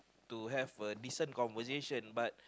to have a decent conversation but